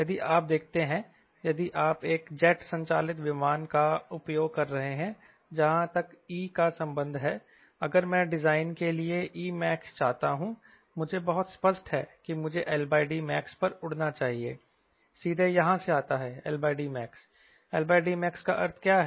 यदि आप देखते हैं यदि आप एक जेट संचालित विमान का उपयोग कर रहे हैं जहां तक E का संबंध है अगर मैं डिजाइन के लिए Emax चाहता हूं मुझे बहुत स्पष्ट है कि मुझे LDmax पर उड़ना चाहिए सीधे यहां से आता है LDmax LDmax का अर्थ क्या है